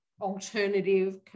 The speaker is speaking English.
alternative